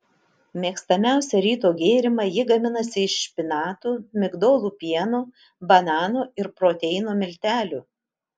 mėgstamiausią ryto gėrimą ji gaminasi iš špinatų migdolų pieno banano ir proteino miltelių